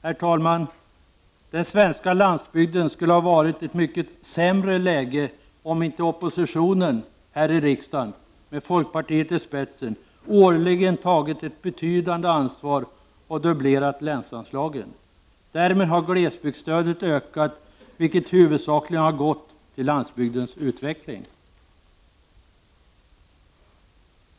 Herr talman! Den svenska landsbygden skulle ha varit i ett mycket sämre läge om inte oppositionen här i riksdagen, med folkpartiet i spetsen, årligen tagit ett betydande ansvar och dubblerat länsanslagen. Därmed har glesbygdsstödet ökats, vilket huvudsakligen har gått till landsbygdens utveckling.